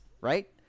right